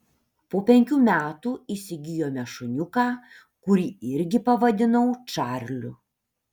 po penkių metų įsigijome šuniuką kurį irgi pavadinau čarliu